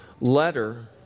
letter